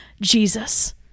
Jesus